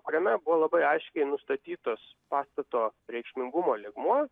kuriame buvo labai aiškiai nustatytas pastato reikšmingumo lygmuo